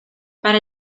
para